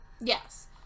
Yes